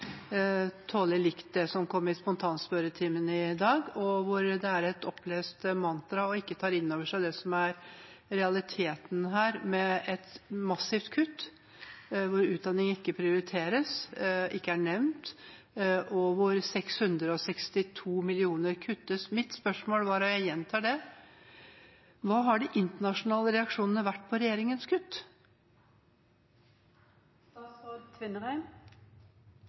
likt det som kom i spontanspørretimen i dag, og hvor det er et opplest mantra og man ikke tar inn over seg det som er realiteten her, med et massivt kutt hvor utdanning ikke prioriteres, ikke er nevnt, og hvor 662 mill. kr kuttes. Mitt spørsmål var, og jeg gjentar det: Hva har de internasjonale reaksjonene vært på regjeringens